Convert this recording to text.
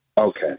Okay